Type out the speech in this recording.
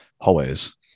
hallways